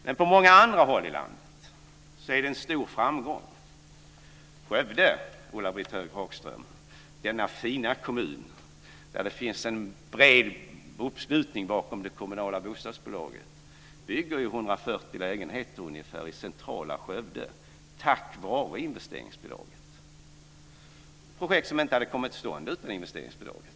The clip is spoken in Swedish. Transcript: Men på många andra håll i landet är det en stor framgång. I Skövde - denna fina kommun där det finns en bred uppslutning bakom det kommunala bostadsbolaget - bygger man ungefär 140 lägenheter i centrala Skövde tack vare investeringsbidraget. Det är projekt som inte hade kommit till stånd utan investeringsbidraget.